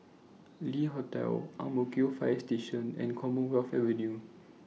Le Hotel Ang Mo Kio Fire Station and Commonwealth Avenue